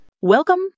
Welcome